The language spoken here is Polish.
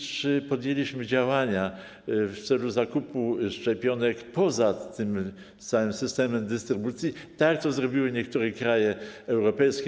Czy podjęliśmy działania w celu zakupu szczepionek poza tym całym systemem dystrybucji, tak jak to zrobiły niektóre kraje europejskie?